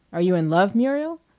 are you in love, muriel?